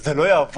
זה לא יעבוד.